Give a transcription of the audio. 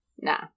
Nah